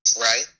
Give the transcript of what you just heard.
Right